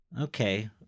Okay